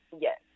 Yes